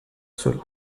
solo